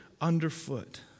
underfoot